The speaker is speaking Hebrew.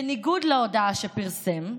בניגוד להודעה שפרסם,